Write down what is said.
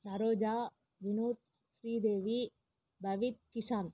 Saroja Vinod Sridevi Pavith Kishanth